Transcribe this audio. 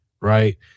right